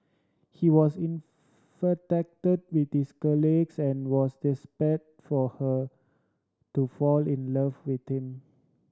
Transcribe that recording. he was infatuated with his colleagues and was desperate for her to fall in love with him